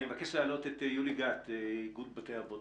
אני מבקש להעלות את יולי גת מאיגוד בתי האבות,